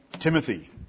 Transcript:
Timothy